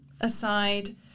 aside